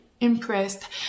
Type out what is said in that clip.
impressed